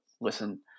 listen